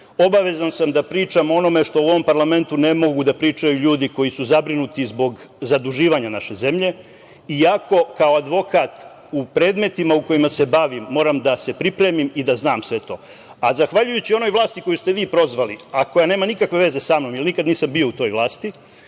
Obavezan sam da pričam o onome što u ovom parlamentu ne mogu da pričaju ljudi koji su zabrinuti zbog zaduživanja naše zemlje iako kao advokat u predmetima u kojima se bavim moram da se pripremim i da znam sve to.A zahvaljujući onoj vlasti koju ste vi prozvali, a koja nema nikakve veze sa mnom, jer nikada nisam bio u toj vlasti,